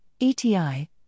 ETI